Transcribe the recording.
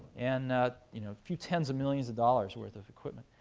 and a you know few tens of millions of dollars worth of equipment.